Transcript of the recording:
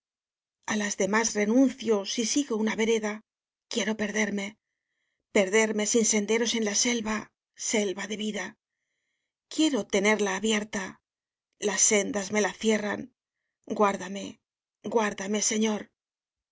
a las demás renuncio si sigo una veredaquiero perderme perderme sin senderos en la selva selva de vida quiero tenerla abierta las sendas me la cierran guarda me guarda me señor